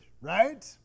Right